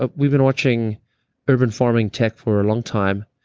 ah we've been watching urban farming tech for a long time,